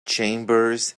chambers